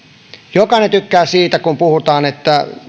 jokainen tykkää siitä kun puhutaan että